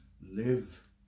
live